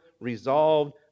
resolved